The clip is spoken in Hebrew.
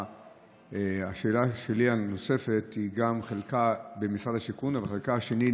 גם בזמן הקורונה,